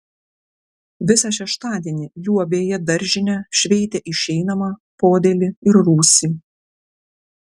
visą šeštadienį liuobė jie daržinę šveitė išeinamą podėlį ir rūsį